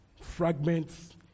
Fragments